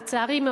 לצערי,